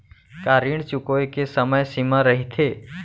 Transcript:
का ऋण चुकोय के समय सीमा रहिथे?